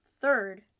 third